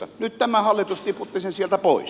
nyt tämä hallitus tiputti sen sieltä pois